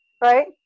right